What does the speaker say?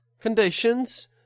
conditions